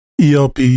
elp